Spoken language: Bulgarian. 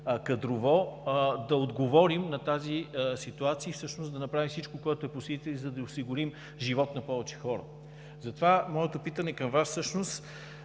кадрово да отговорим на тази ситуация и всъщност да направим всичко, което е по силите ни, за да осигурим живот на повече хора. Затова моето питане към Вас е: